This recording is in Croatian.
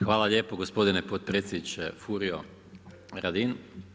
Hvala lijepo gospodine potpredsjedniče Furio Radin.